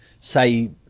say